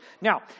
Now